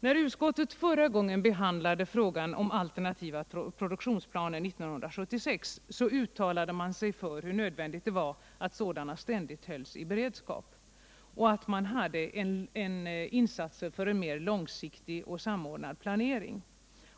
När utskottet förra gången behandlade frågan om alternativa produktionsplaner — det var 1976 — underströk man hur nödvändigt det var att sådana planer ständigt hölls i beredskap och att insatser gjordes för en mer långsiktig och samordnad planering.